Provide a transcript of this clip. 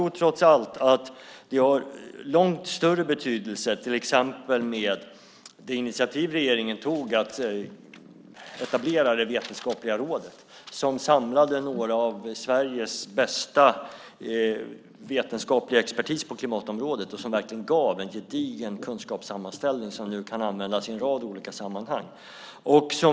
Regeringen tog initiativ till att etablera det vetenskapliga rådet som samlade några av Sveriges bästa vetenskapliga expertis på klimatområdet. Det gav verkligen en gedigen kunskapssammanställning som nu kan användas i en rad olika sammanhang.